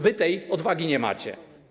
Wy tej odwagi nie macie.